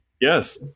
Yes